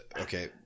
Okay